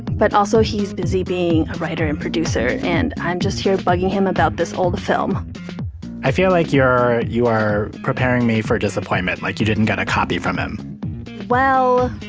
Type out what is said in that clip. but also, he's busy being a writer and producer, and i'm just here bugging him about this old film i feel like you're you are preparing me for disappointment, like you didn't get a copy from him well.